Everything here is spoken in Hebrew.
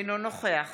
אינו נוכח